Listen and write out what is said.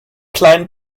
kleinen